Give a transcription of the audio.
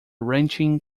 ranching